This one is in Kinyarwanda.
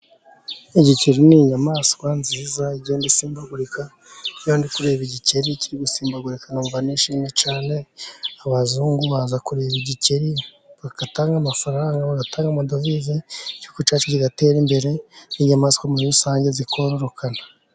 Igikeri ni inyamaswa nziza igenda isimbagurika. Iyo ndi kureba igikeri kiri gusimbagurika numva nishimye cyane. Abazungu baza kureba igikeri bagatanga amafaranga bagatanga amadovize ,igihugu cyacu kigatera imbere n'inyamaswa muri rusange zikororoka.